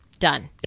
done